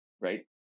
Right